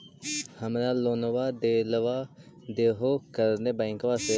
हमरा लोनवा देलवा देहो करने बैंकवा से?